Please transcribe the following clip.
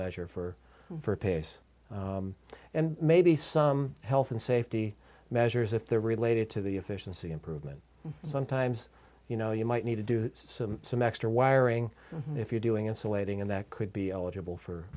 measure for pace and maybe some health and safety measures if they're related to the efficiency improvement sometimes you know you might need to do some extra wiring if you're doing insulating and that could be eligible for